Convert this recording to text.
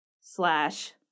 slash